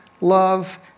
love